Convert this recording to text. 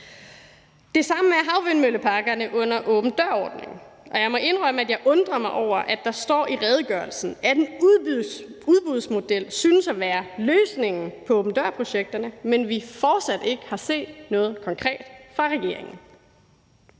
Det samme er havvindmølleparkerne under åben dør-ordningen, og jeg må indrømme, at jeg undrer mig over, at der står i redegørelsen, at en udbudsmodel synes at være løsningen på åben dør-projekterne, men vi har fortsat ikke set noget konkret fra regeringens